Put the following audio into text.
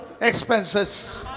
expenses